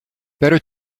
better